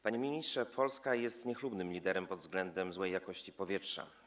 Panie ministrze, Polska jest niechlubnym liderem pod względem złej jakości powietrza.